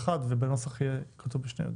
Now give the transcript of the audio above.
אחת ובנוסח יהיה כתוב עם שתי יו"דים.